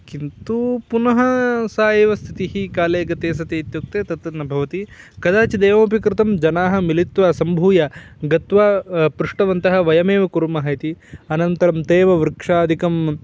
किन्तु पुनः सा एव स्थितिः काले गते सति इत्युक्ते तत् न भवति कदाचिदेवमपि कर्तुं जनाः मिलित्वा सम्भूय गत्वा पृष्टवन्तः वयमेव कुर्मः इति अनन्तरं ते एव वृक्षादिकम्